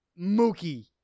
Mookie